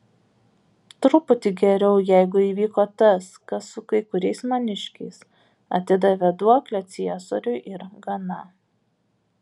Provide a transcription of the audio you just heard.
truputį geriau jeigu įvyko tas kas su kai kuriais maniškiais atidavė duoklę ciesoriui ir gana